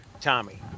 tommy